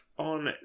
On